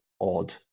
odd